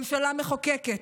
ממשלה מחוקקת,